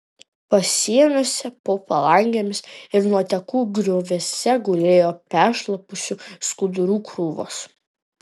pasieniuose po palangėmis ir nuotekų grioviuose gulėjo peršlapusių skudurų krūvos